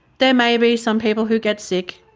there may be some people who get sick,